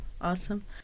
awesome